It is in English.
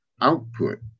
output